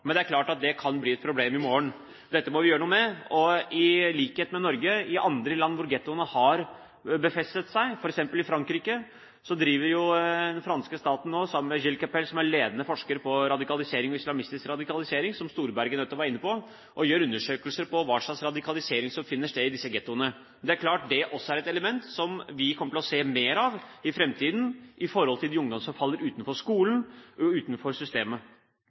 men det er klart at det kan bli et problem i morgen. Dette må vi gjøre noe med. Og i likhet med i Norge: I andre land hvor gettoene har befestet seg, f.eks. i Frankrike, gjør nå den franske staten, sammen med Gilles Kepel, som er en ledende forsker på radikalisering og islamistisk radikalisering, som statsråd Storberget nettopp var inne på, undersøkelser om hva slags radikalisering som finner sted i disse gettoene. Det er klart at dette også er et element som vi kommer til å se mer av i framtiden når det gjelder de ungdommene som faller utenfor skolen og utenfor systemet.